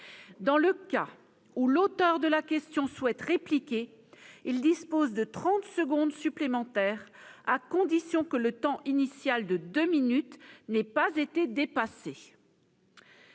Dans le cas où l'auteur de la question souhaite répliquer, il dispose de trente secondes supplémentaires, à la condition que le temps initial de deux minutes n'ait pas été dépassé.